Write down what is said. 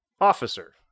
officer